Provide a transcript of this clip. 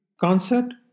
Concept